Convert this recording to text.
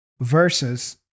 Versus